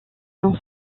non